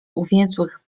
uwięzłych